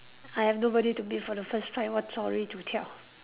I have nobody to meet for the first time what story to tell